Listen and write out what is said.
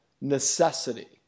necessity